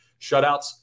shutouts